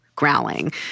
growling